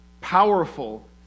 powerful